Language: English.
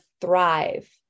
thrive